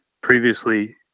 previously